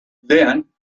then